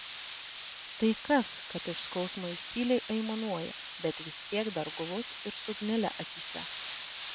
tai kas kad iš skausmo jis tyliai aimanuoja bet vis tiek dar guvus ir su ugnele akyse